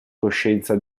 coscienza